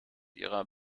ihrer